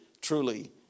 truly